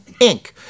Inc